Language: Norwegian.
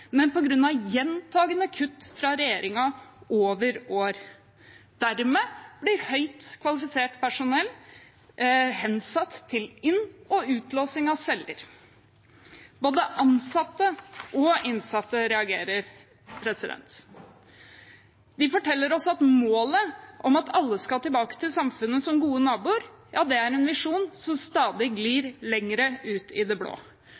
men på grunn av gjentakende kutt fra regjeringen over år. Dermed blir høyt kvalifisert personell hensatt til inn- og utlåsing av celler. Både ansatte og innsatte reagerer. De forteller oss at målet om at alle skal tilbake til samfunnet som gode naboer, er en visjon som stadig glir lenger ut i det blå.